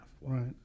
Right